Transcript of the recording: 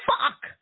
fuck